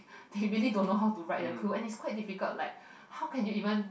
they really don't know how to write the clue and is quite difficult like how can you even